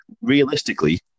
realistically